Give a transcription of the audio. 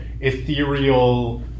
ethereal